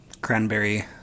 cranberry